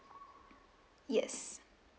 yes